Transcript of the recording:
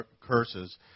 curses